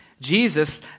Jesus